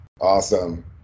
Awesome